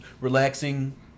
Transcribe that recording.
relaxing